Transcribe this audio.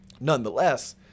Nonetheless